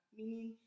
meaning